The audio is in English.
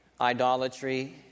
idolatry